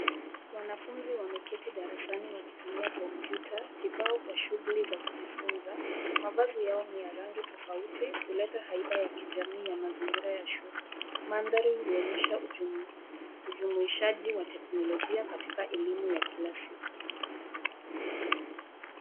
Wanafunzi wameketi darasani wakitumia kompyuta kibao kwa shughuli za kujifunza. Mavazi yao ni ya rangi tofauti kuleta haiba ya kijamii ya mazingira ya shule. Mandhari huonyesha ujumuishaji wa teknolojia katika elimu ya kila siku.